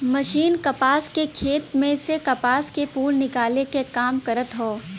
machine कपास के खेत में से कपास के फूल निकाले क काम करत हौ